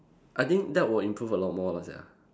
I think that will improve a lot more lah sia